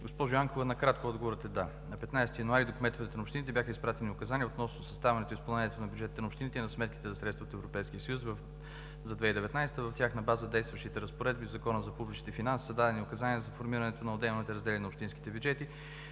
Госпожо Янкова, накратко отговорът е: „Да“. На 15 януари до кметовете на общините бяха изпратени указания относно съставянето и изпълнението на бюджетите на общините и на сметките за средства от Европейския съюз за 2019 г. В тях на база на действащите разпоредби в Закона за публичните финанси са дадени указания за формирането на отделните раздели на общинските бюджети